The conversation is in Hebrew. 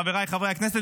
חבריי חברי הכנסת,